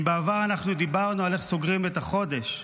אם בעבר דיברנו על איך סוגרים את החודש,